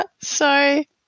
Sorry